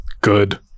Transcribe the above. Good